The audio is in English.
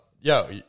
yo